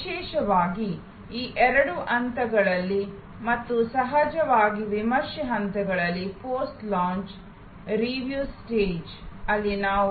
ವಿಶೇಷವಾಗಿ ಈ ಎರಡು ಹಂತಗಳಲ್ಲಿ ಮತ್ತು ಸಹಜವಾಗಿ ವಿಮರ್ಶೆ ಹಂತದಲ್ಲಿ ಪೋಸ್ಟ್ ಲಾಂಚ್ ರಿವ್ಯೂ ಸ್ಟೇಜ್ ಅಲ್ಲಿ ನಾವು